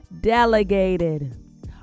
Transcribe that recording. delegated